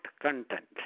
content